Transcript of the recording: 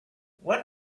what